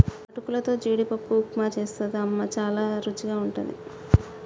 అటుకులతో జీడిపప్పు ఉప్మా చేస్తది అమ్మ చాల రుచిగుంటది